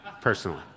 personally